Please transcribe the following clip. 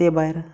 ते भायर